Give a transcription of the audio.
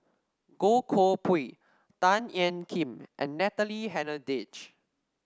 Goh Koh Pui Tan Ean Kiam and Natalie Hennedige